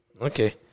okay